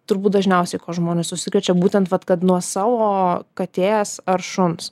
turbūt dažniausiai žmonės užsikrečia būtent vat kad nuo savo katės ar šuns